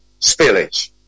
spillage